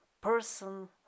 person